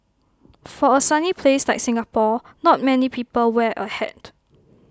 for A sunny place like Singapore not many people wear A hat